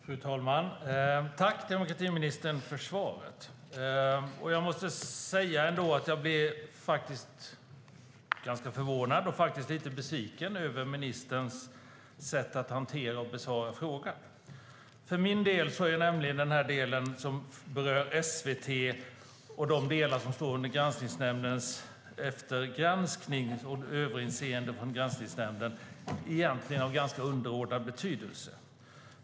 Fru talman! Tack, demokratiministern, för svaret! Jag måste säga att jag blir ganska förvånad och faktiskt lite besviken över ministerns sätt att hantera och besvara frågan. För min del är nämligen den del som berör SVT och de delar som står under Granskningsnämndens överinseende egentligen av ganska underordnad betydelse.